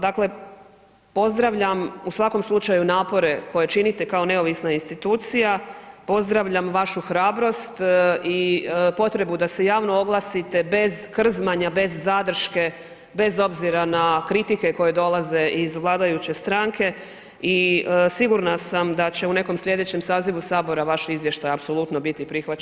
Dakle, pozdravljam u svakom slučaju napore koje činite kao neovisna institucija, pozdravljam vašu hrabrost i potrebu da se javno oglasite bez krzmanja, bez zadrške, bez obzira na kritike koje dolaze iz vladajuće stranke i sigurna sam da će u nekom slijedećem sazivu sabora vaš izvještaj apsolutno biti prihvaćen ogromnom većinom.